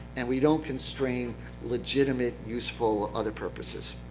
and we don't constrain legitimate, useful other purposes?